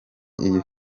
iyi